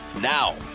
Now